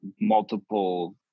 multiple